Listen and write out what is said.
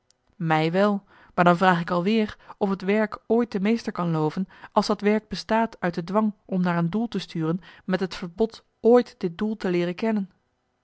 mij wel maar dan vraag ik al weer of het werk ooit de meester kan loven als dat werk bestaat uit de dwang om naar een doel te sturen met het verbod ooit dit doel te leeren kennen